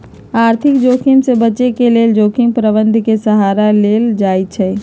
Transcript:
आर्थिक जोखिम से बचे के लेल जोखिम प्रबंधन के सहारा लेल जाइ छइ